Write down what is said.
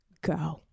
go